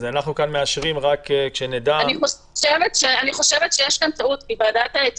אנחנו כאן נאשר רק כשנדע היכן הוועדה פועלת.